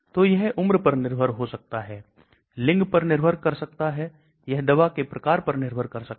जिससे कि LogP 31 से बढ़कर 343 हो जाए और मौखिक बायोअवेलेबिलिटी भी बढ़ जाए